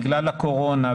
בגלל הקורונה,